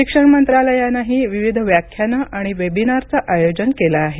शिक्षण मंत्रालयानंही विविध व्याख्यानं आणि वेबिनारचं आयोजन केलं आहे